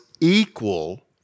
equal